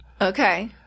Okay